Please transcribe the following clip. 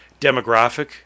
demographic